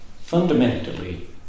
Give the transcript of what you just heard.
fundamentally